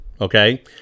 okay